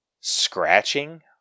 scratching